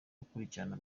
gukurikirana